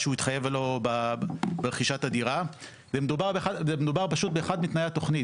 שהוא התחייב לו ברכישת הדירה ומדובר פשוט באחד מתנאי התכנית,